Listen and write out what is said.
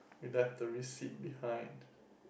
is at the receipt behind